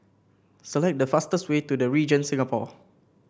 select the fastest way to The Regent Singapore